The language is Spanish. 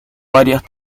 varias